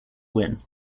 win